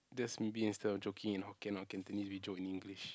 that's maybe instead of joking in Hokkien or Cantonese we joke in English